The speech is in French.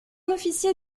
officier